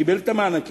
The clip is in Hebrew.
קיבל את המענקים,